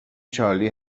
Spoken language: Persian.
چارلی